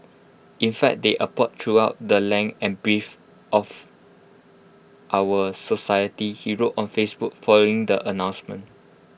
in fact they abound throughout the length and breadth of our society he wrote on Facebook following the announcement